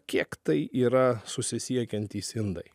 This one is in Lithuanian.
kiek tai yra susisiekiantys indai